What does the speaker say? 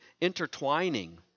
intertwining